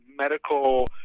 medical